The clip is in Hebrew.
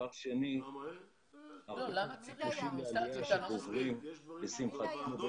אלה אנשים שיעלו בשנת 2021, ומה